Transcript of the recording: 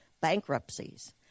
bankruptcies